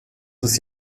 ist